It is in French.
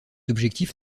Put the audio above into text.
objectif